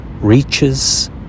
reaches